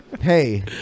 Hey